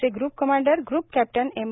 चे group commander group captain M